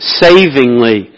savingly